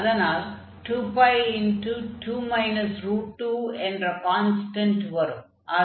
அதனால் 2π என்ற கான்ஸ்டன்ட் வரும்